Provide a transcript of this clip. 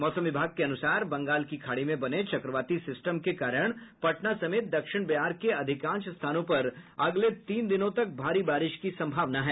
मौसम विभाग के अनुसार बंगाल की खाड़ी में बने चक्रवाती सिस्टम के कारण पटना समेत दक्षिण बिहार के अधिकांश स्थानों पर अगले तीन दिनों तक भारी बारिश की सम्भावना है